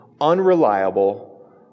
unreliable